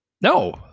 no